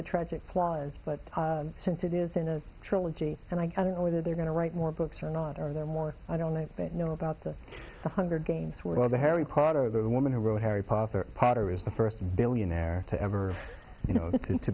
the tragic flaws but since it is in a trilogy and i don't know whether they're going to write more books or not are there more i don't know about the hunger games whether harry potter the woman who wrote harry potter potter is the first billionaire to ever